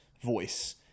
voice